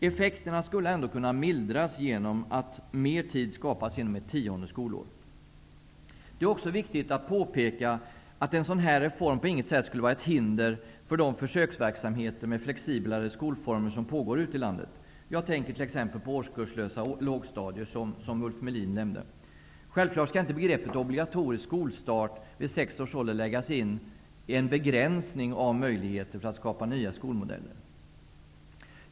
Effekterna skulle kunna mildras genom att mer tid skapas genom ett tionde skolår. Det är också viktigt att påpeka att en sådan här reform på intet sätt skulle vara ett hinder för de försöksverksamheter med flexiblare skolformer som pågår ute i landet. Jag tänker då t.ex. på årskurslösa lågstadier, som Ulf Melin nämnde. Självfallet skall inte i begreppet obligatorisk skolstart vid sex års ålder läggas in en begränsning av möjligheter att skapa nya skolmodeller.